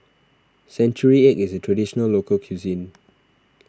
Century Egg is a Traditional Local Cuisine